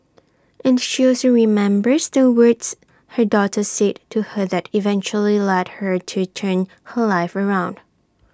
and she also remembers the words her daughter said to her that eventually led her to turn her life around